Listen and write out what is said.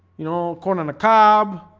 you know corn on a cob